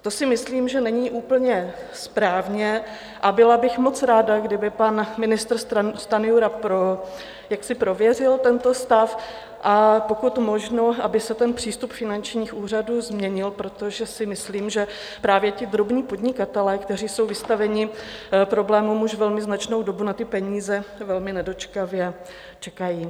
To si myslím, že není úplně správně, a byla bych moc ráda, kdyby pan ministr Stanjura prověřil tento stav, a pokud možno, aby se přístup finančních úřadů změnil, protože si myslím, že právě ti drobní podnikatelé, kteří jsou vystaveni problémům už velmi značnou dobu, na ty peníze velmi nedočkavě čekají.